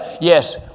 Yes